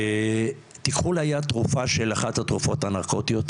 תיקחו ליד תרופה של אחת התרופות הנרקוטיות,